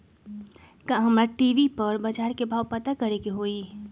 का हमरा टी.वी पर बजार के भाव पता करे के होई?